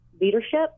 leadership